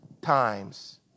times